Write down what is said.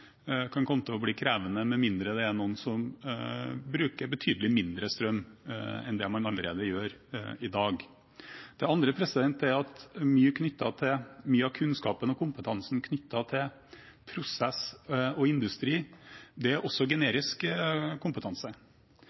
kan komme til å bli krevende, med mindre det er noen som bruker betydelig mindre strøm enn man allerede gjør i dag. Det andre er at mye av kunnskapen og kompetansen knyttet til prosess og industri også er genererisk kompetanse. Mange vil kunne si at det i prinsippet er